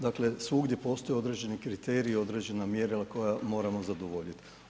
Dakle, svugdje postoje određeni kriteriji, određena mjerila koja moramo zadovoljiti.